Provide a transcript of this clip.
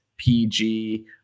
PG